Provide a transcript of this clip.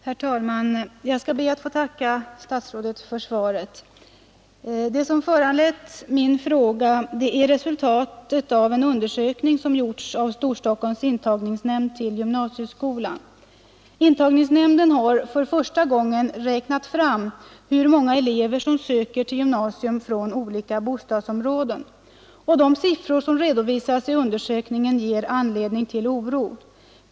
Herr talman! Jag ber att få tacka statsrådet för svaret. Det som föranlett min fråga är resultatet av en undersökning som gjorts av Storstockholms intagningsnämnd beträffande gymnasieskolan. Intagningsnämnden har för första gången räknat fram hur många elever som söker till gymnasium från olika bostadsområden. De siffror som redovisas i undersökningen ger anledning till oro.